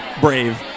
brave